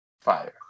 Fire